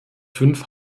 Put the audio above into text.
fünf